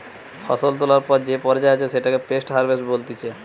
ফসল তোলার পর যে পর্যায়ে আছে সেটাকে পোস্ট হারভেস্ট বলতিছে